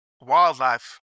wildlife